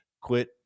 quit